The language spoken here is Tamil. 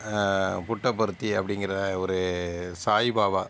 புட்டபர்த்தி அப்படிங்கிற ஒரு சாய்பாபா